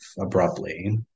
abruptly